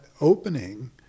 opening